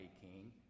king